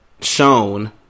shown